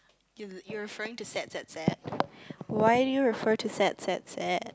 you you are referring to sad sad sad why do you refer to sad sad sad